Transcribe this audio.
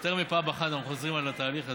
יותר מפעם אחת אנחנו חוזרים על התהליך הזה,